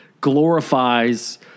glorifies